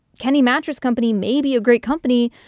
kenny mattress company may be a great company,